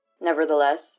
Nevertheless